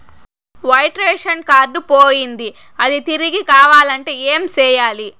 white ration card పోయింది అది తిరిగి కావాలంటే ఏం సేయాలి